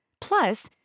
Plus